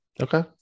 Okay